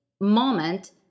moment